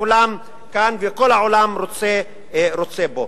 שכולם כאן וכל העולם רוצים בו.